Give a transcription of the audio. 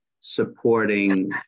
supporting